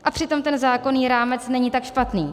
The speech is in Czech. A přitom ten zákonný rámec není tak špatný.